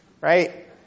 Right